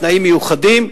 בתנאים מיוחדים,